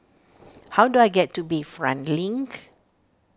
how do I get to Bayfront Link